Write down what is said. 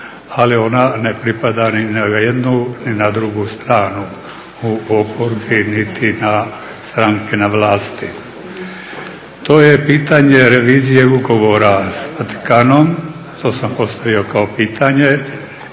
ali ona ne pripada ni na jednu ni na drugu stranu u oporbi niti stranke na vlasti. To je pitanje revizije ugovora sa Vatikanom, to sam postavio kao pitanje